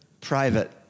private